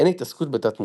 אין התעסקות בתת מודע.